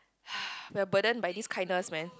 we're burdened by this kindness man